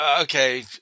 Okay